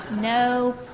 No